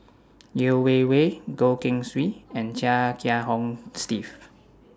Yeo Wei Wei Goh Keng Swee and Chia Kiah Hong Steve